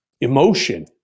emotion